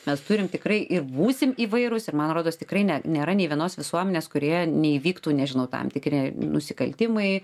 mes turim tikrai ir būsim įvairūs ir man rodos tikrai ne nėra nei vienos visuomenės kurioje neįvyktų nežinau tam tikri nusikaltimai